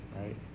right